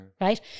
right